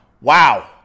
Wow